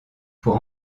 pour